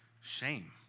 Shame